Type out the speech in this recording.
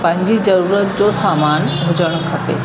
पंहिंजी ज़रूरत जो सामान हुजणु खपे